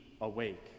awake